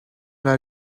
are